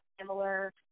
similar